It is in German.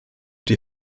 die